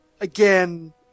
again